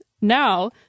now